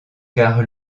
car